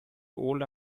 old